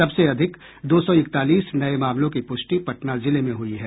सबसे अधिक दो सौ इकतालीस नये मामलों की पुष्टि पटना जिले में हुई है